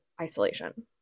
isolation